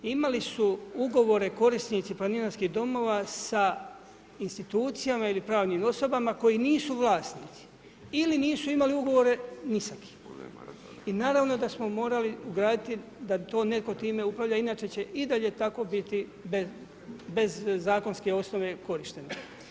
Imali su ugovore korisnici planinarskim domova, sa institucijama ili pravnim osobama koji nisu vlasnici ili nisu imali ugovore ni s kim i naravno da smo morali ugraditi da to netko time upravlja, inače će i dalje tako biti bez zakonske osnove korištenja.